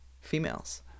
females